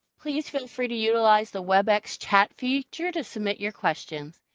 please feel free to utilize the webex chat feature to submit your questions.